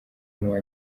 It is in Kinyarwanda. n’uwa